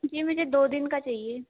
जी मुझे दो दिन का चाहिए